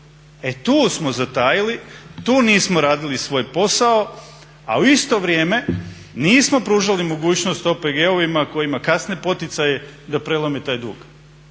E tu smo zatajili, tu nismo radili svoj posao, a u isto vrijeme nismo pružali mogućnost OPG-ovima kojima kasne poticaji da prelome taj dug.